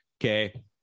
Okay